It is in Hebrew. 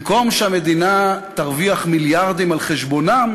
במקום שהמדינה תרוויח מיליארדים על חשבונם,